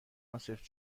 عاصف